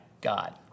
God